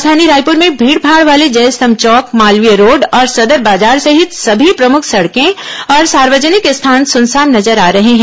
राजधानी रायपूर में भीडभाड वाले जयस्तंभ चौक मालवीय रोड और सदर बाजार सहित सभी प्रमुख सडके और सार्वजनिक स्थान सनसान नजर आ रहे हैं